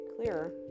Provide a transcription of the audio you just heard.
clearer